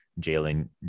Jalen